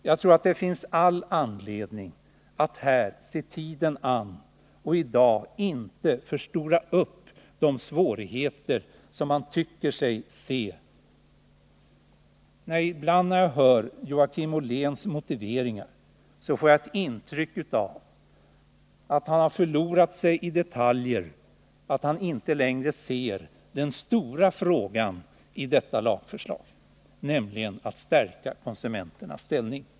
Jagtror det finns all anledning att här se tiden an och i dag inte förstora upp de svårigheter som man tycker sig se. När jag hör Joakim Olléns motiveringar får jag ibland ett intryck av att han har förlorat sig i detaljer, att han inte längre ser den stora frågan i detta lagförslag, nämligen att stärka konsumenternas ställning.